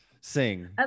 sing